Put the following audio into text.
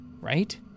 right